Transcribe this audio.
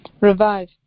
Revive